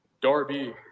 Darby